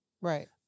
Right